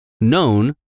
known